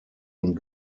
und